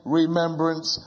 remembrance